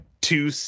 two